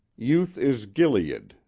youth is gilead,